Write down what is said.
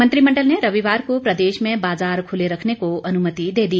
मंत्रिमंडल ने रविवार को प्रदेश में बाजार खुले रखने को अनुमति दे दी